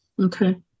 Okay